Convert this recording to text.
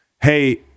Hey